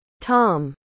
Tom